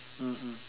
mmhmm